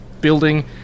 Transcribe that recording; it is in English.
building